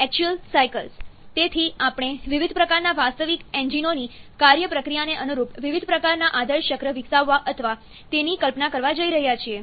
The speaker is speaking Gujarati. ƞactual cycles તેથી આપણે વિવિધ પ્રકારનાં વાસ્તવિક એન્જિનોની કાર્ય પ્રક્રિયાને અનુરૂપ વિવિધ પ્રકારના આદર્શ ચક્ર વિકસાવવા અથવા તેની કલ્પના કરવા જઈ રહ્યા છીએ